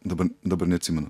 dabar dabar neatsimenu